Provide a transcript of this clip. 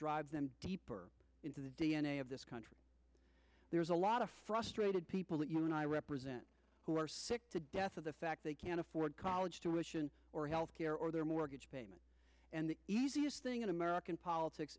drive them deeper into the d n a of this country there's a lot of frustrated people that you and i represent who are sick to death of the fact they can't afford college tuition or health care or their mortgage payment and the easiest thing in american politics